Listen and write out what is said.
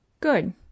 Good